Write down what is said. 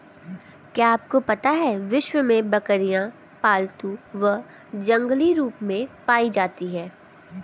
क्या आपको पता है विश्व में बकरियाँ पालतू व जंगली रूप में पाई जाती हैं?